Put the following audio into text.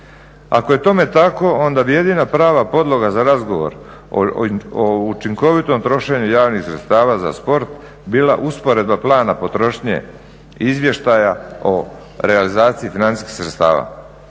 Ako je tome tako onda bi jedina prava podloga za razgovor u učinkovitom trošenju javnih sredstava za sport bila usporedba plana potrošnje izvještaja o realizaciji financijskih sredstava.